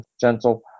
gentle